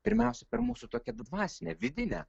pirmiausia per mūsų tokią dvasinę vidinę